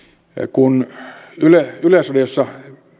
kun yleisradiossa